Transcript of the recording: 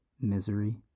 misery